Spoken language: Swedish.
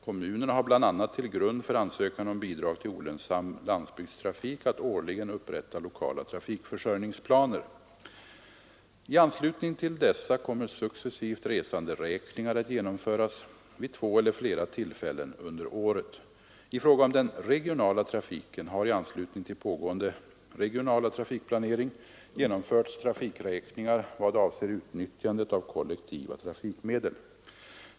Kommunerna har bl.a. till grund för ansökan om bidrag till olönsam landsbygdstrafik att årligen upprätta lokala trafikförsörjningsplaner. I anslutning till dessa kommer successivt resanderäkningar att genomföras vid två eller flera tillfällen under året. I fråga om den regionala trafiken har i anslutning till pågående regionala trafikplanering genomförts trafikräkningar i vad avser utnyttjandet av kollektiva trafikmedel.